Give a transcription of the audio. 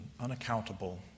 unaccountable